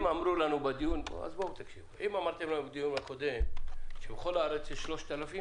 אם אמרתם לנו בדיון הקודם שבכל הארץ יש 3,000